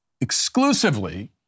exclusively